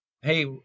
hey